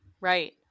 right